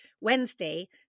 Wednesday